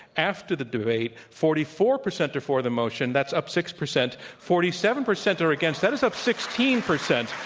after the debate, forty four percent are for the motion, that's up six percent, forty seven percent are against, that is up sixteen percent.